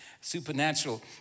supernatural